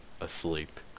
asleep